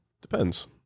Depends